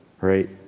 right